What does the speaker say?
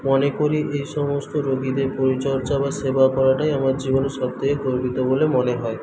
মনে করি এই সমস্ত রুগিদের পরিচর্যা বা সেবা করাটাই আমার জীবনের সব থেকে গর্বিত বলে মনে হয়